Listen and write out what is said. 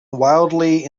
wildly